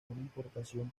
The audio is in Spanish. importación